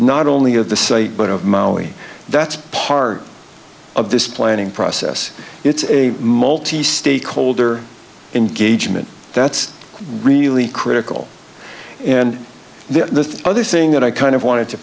not only of the site but of mali that's part of this planning process it's a multi stakeholder engagement that's really critical and the other thing that i kind of want